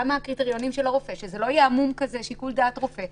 מה הקריטריונים של הרופא וזה לא יהיה שיקול דעת עמום של הרופא.